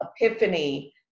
epiphany